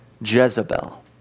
Jezebel